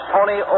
Tony